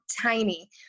tiny